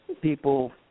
people